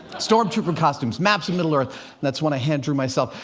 storm trooper costumes. maps of middle earth that's one i hand-drew myself.